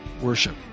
Worship